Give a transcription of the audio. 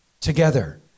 together